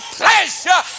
pleasure